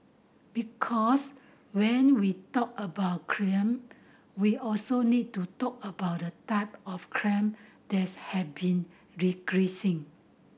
because when we talk about crime we also need to talk about the type of crimes that have been re creasing